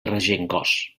regencós